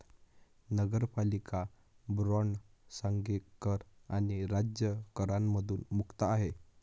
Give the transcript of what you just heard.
नगरपालिका बॉण्ड सांघिक कर आणि राज्य करांमधून मुक्त आहे